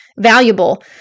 valuable